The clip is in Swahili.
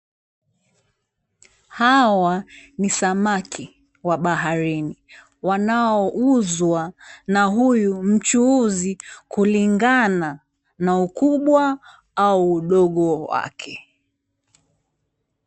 Hawa ni samaki wa baharini wanaouzwa na huyu mchuuzi kulingana na ukubwa au udogo wake.